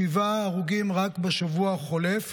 שבעה הרוגים רק בשבוע החולף.